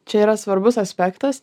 čia yra svarbus aspektas